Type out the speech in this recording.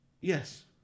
Yes